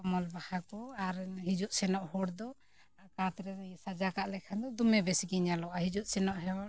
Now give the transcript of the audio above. ᱠᱚᱢᱚᱞ ᱵᱟᱦᱟ ᱠᱚ ᱟᱨ ᱦᱤᱡᱩᱜ ᱥᱮᱱᱚᱜ ᱦᱚᱲ ᱫᱚ ᱠᱟᱸᱛ ᱨᱮ ᱥᱟᱡᱟᱣ ᱠᱟᱜ ᱞᱮᱠᱷᱟᱱ ᱫᱚ ᱫᱚᱢᱮ ᱵᱮᱥᱜᱮ ᱧᱮᱞᱚᱜᱼᱟ ᱦᱤᱡᱩᱜ ᱥᱮᱱᱚᱜ ᱦᱚᱲ